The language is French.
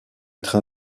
train